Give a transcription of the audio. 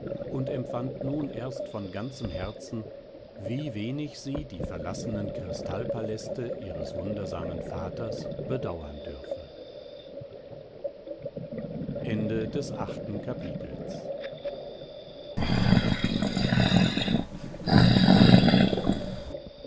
und empfand nun erst von ganzem herzen wie wenig sie die verlassenen kristallpaläste ihres wundersamen vaters bedauern dürfe